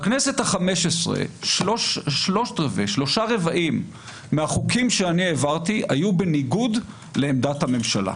בכנסת ה-15 שלושת רבעי מהחוקים שהעברתי היו בניגוד לעמדת הממשלה.